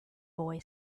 boy